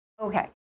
Okay